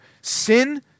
sin